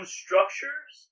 structures